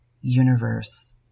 universe